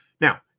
now